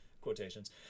Quotations